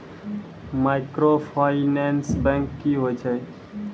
Microfinance bank की होय छै?